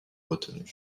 retenues